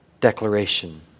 declaration